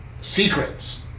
secrets